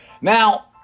Now